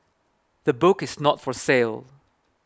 the book is not for sale